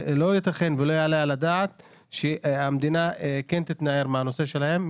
לא יתכן ולא יעלה על הדעת שהמדינה כן תתנער מהנושא שלהם.